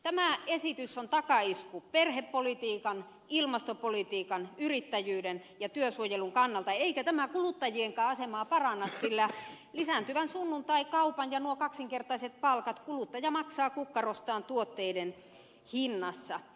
tämä esitys on takaisku perhepolitiikan ilmastopolitiikan yrittäjyyden ja työsuojelun kannalta eikä tämä kuluttajienkaan asemaa paranna sillä lisääntyvän sunnuntaikaupan ja nuo kaksinkertaiset palkat kuluttaja maksaa kukkarostaan tuotteiden hinnassa